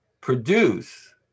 produce